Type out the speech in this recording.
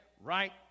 right